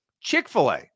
Chick-fil-A